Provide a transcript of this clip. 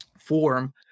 form